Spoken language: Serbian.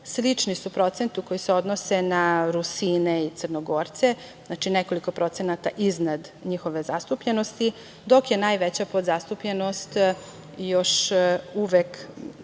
Slični su procentu koji se odnose na Rusine i Crnogorce, znači nekoliko procenata iznad njihove zastupljenosti, dok je najveća podzastupljenost još uvek